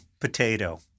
Potato